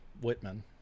Whitman